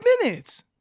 minutes